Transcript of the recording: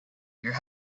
your